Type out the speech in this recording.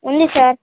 ఉంది సార్